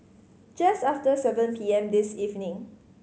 just after seven P M this evening